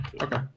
Okay